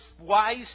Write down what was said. wise